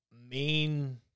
main